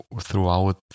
throughout